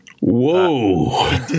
Whoa